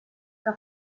que